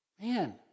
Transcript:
Man